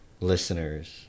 listeners